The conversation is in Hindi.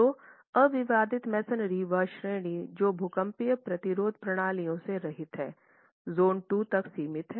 तो अविवादित मैसनरी वह श्रेणी जो भूकंपीय प्रतिरोध प्रणालियों से रहित है ज़ोन II तक सीमित है